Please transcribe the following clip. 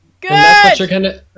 Good